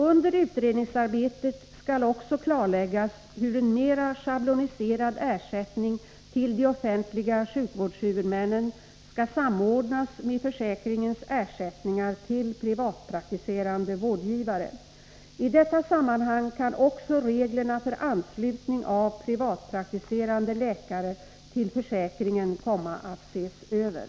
Under utredningsarbetet skall också klarläggas hur en mera schabloniserad ersättning till de offentliga sjukvårdshuvudmännen skall samordnas med försäkringens ersättningar till privatpraktiserande vårdgivare. I detta sammanhang kan också reglerna för anslutning av privatpraktiserande läkare till försäkringen komma att ses över.